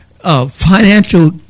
financial